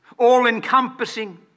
all-encompassing